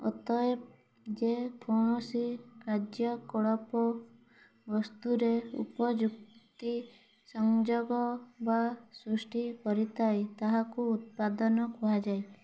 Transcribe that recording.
ଅତଏବ ଯେ କୌଣସି କାର୍ଯ୍ୟକଳାପ ବସ୍ତୁରେ ଉପଯୁକ୍ତି ସଂଯୋଗ ବା ସୃଷ୍ଟି କରିଥାଏ ତାହାକୁ ଉତ୍ପାଦନ କୁହାଯାଏ